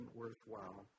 worthwhile